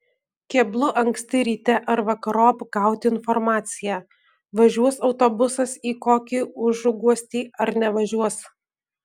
keblu anksti ryte ar vakarop gauti informaciją važiuos autobusas į kokį užuguostį ar nevažiuos